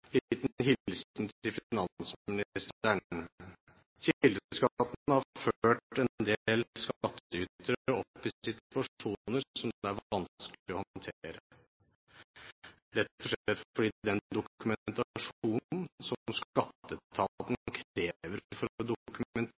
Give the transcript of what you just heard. liten hilsen til finansministeren: Kildeskatten har ført en del skattytere opp i situasjoner som det er vanskelig å håndtere, rett og slett fordi den dokumentasjonen som Skatteetaten krever for å dokumentere at vedkommende skatter til